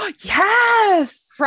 Yes